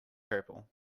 purple